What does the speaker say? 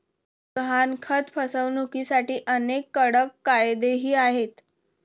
गहाणखत फसवणुकीसाठी अनेक कडक कायदेही आहेत